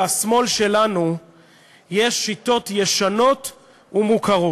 לשמאל שלנו יש שיטות ישנות ומוכרות.